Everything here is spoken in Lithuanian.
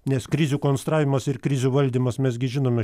nes krizių konstravimas ir krizių valdymas mes gi žinome